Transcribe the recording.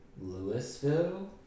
Louisville